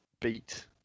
beat